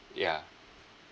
ya